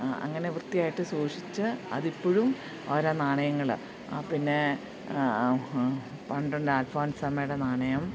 അ അങ്ങനെ വൃത്തിയായിട്ട് സൂക്ഷിച്ച് അതിപ്പോഴും ഓരാ നാണയങ്ങൾ ആ പിന്നേ പണ്ടുണ്ട് അൽഫോൻസാമ്മയുടെ നാണയം